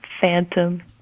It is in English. phantom